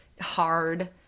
hard